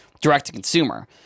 direct-to-consumer